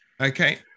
Okay